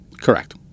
Correct